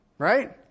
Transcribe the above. Right